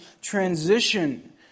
transition